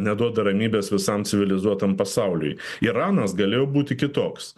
neduoda ramybės visam civilizuotam pasauliui iranas galėjo būti kitoks